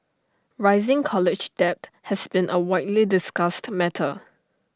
rising college debt has been A widely discussed matter